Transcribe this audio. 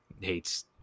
hates